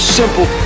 simple